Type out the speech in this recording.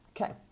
Okay